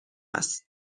است